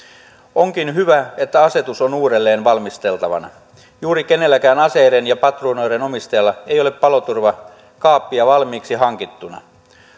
onkin hyvä että asetus on uudelleen valmisteltavana juuri kenelläkään aseiden ja patruunoiden omistajalla ei ole paloturvakaappia valmiiksi hankittuna